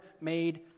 made